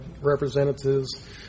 representatives